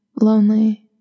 lonely